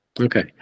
okay